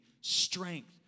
strength